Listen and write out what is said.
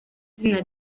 izina